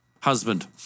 husband